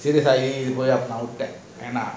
அப்புறம் நான் விட்டான்:apram naan vitan